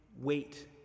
wait